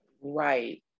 Right